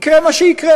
יקרה מה שיקרה.